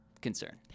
concern